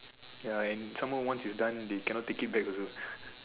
ya and some more once you done they cannot take it back the road